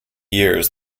years